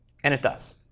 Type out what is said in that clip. and it does.